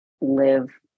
live